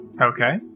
Okay